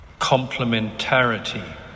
complementarity